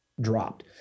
dropped